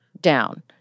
down